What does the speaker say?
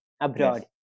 abroad